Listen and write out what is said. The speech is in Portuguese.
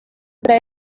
para